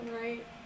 Right